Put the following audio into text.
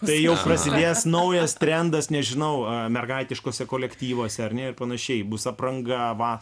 tai jau prasidės naujas trendas nežinau ar mergaitiškose kolektyvuose ar ne ir panašiai bus apranga